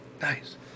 Nice